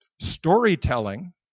storytelling